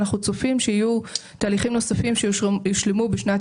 אנחנו צופים שיהיו תהליכים נוספים שיושלמו בשנת